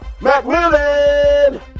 McMillan